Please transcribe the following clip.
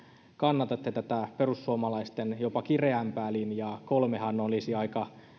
kannatatte tätä perussuomalaisten jopa kireämpää linjaa kolmehan olisi aika kireä